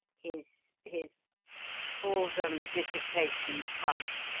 his his call them dissipations, count,